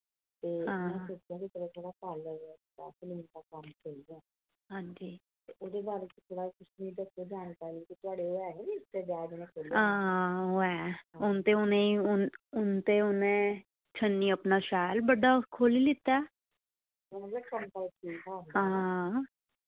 हां हां ओ ऐ हू'न ते उ'ने हू'न हू'न ते उ'नै छन्नी अपना शैल बड्डा खोह्ल्ली लीता ऐ हां